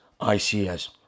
ICS